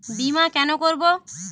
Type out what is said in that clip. বিমা কেন করব?